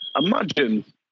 imagine